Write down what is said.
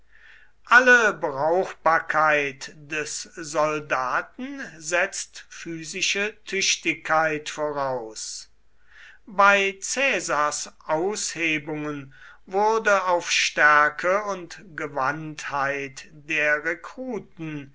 alle brauchbarkeit des soldaten setzt physische tüchtigkeit voraus bei caesars aushebungen wurde auf stärke und gewandtheit der rekruten